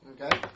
Okay